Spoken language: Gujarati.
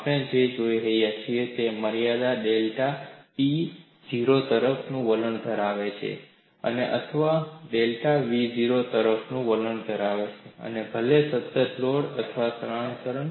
આપણે જે જોઈએ છે તે મર્યાદામાં ડેલ્ટા P 0 તરફ નું વલણ ધરાવે છે અથવા ડેલ્ટા v 0 તરફ નું વલણ ધરાવે છે ભલે સતત લોડ અથવા સ્થાનાંતરણ